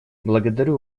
благодарю